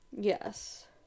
yes